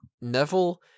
Neville